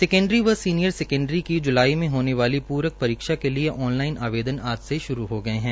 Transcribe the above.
secondary व senior secondary की जुलाई में होने वाली पूरक परीक्षा क लिए ऑनलाईन आवेदन आज से शुरू हो गए हैं